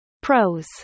Pros